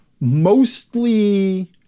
mostly